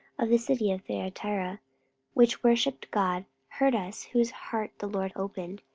of the city of thyatira, which worshipped god, heard us whose heart the lord opened,